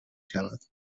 شود